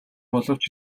боловч